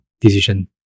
decision